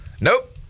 Nope